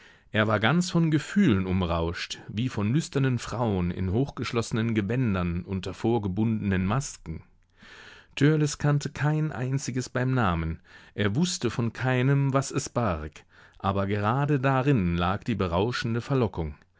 er war ganz von gefühlen umrauscht wie von lüsternen frauen in hochgeschlossenen gewändern unter vorgebundenen masken törleß kannte kein einziges beim namen er wußte von keinem was es barg aber gerade darin lag die berauschende verlockung